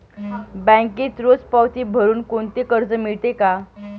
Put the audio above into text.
बँकेत रोज पावती भरुन कोणते कर्ज मिळते का?